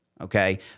okay